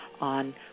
on